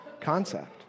concept